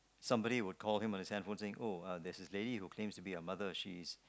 somebody would call him on his hand phone saying oh there's this lady who claims to be your mother she's